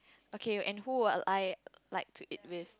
okay and who will I like to eat with